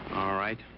all right,